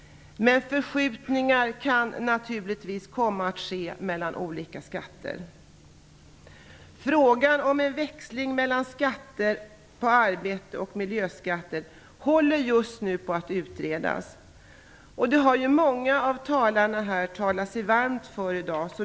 Men förskjutningar mellan olika skatter kan naturligtvis komma att ske. Frågan om en växling mellan skatter på arbete och miljöskatter utreds just nu. Den har ju många av talarna här i dag talat sig varma för.